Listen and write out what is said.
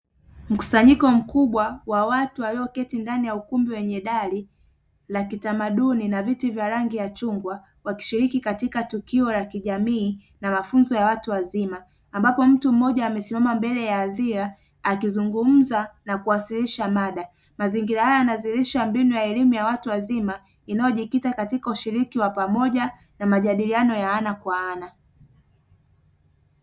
Mkusanyiko mkubwa wa watu walioketi ndani ya ukumbi wenye dari la kitamaduni na viti vya rangi ya chungwa; wakishiriki katika tukio la kijamii na mafunzo ya watu wazima, ambapo mtu mmoja amesimama mbele ya adhira akizungumza na kuwasilisha mada. Mazingira haya yanadhihirisha mbinu ya elimu ya watu wazima; inayojikita katika ushiriki wa pamoja na majadiliano ya ana kwa ana.